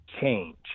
change